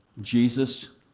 Jesus